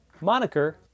moniker